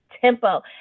Tempo